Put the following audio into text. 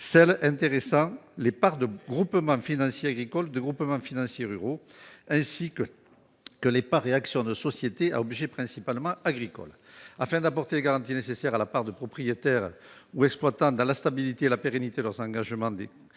celles intéressant les parts de groupements fonciers agricoles et de groupements fonciers ruraux, ainsi que les parts et actions de sociétés à objet principalement agricole. Afin d'apporter des garanties nécessaires de la part des propriétaires ou exploitants dans la stabilité et la pérennité de leur engagement,